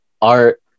art